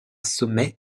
sommet